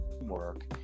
work